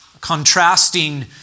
Contrasting